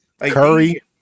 Curry